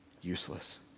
useless